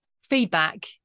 feedback